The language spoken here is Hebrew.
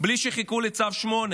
בלי שחיכו לצו 8,